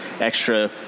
extra –